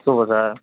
super sir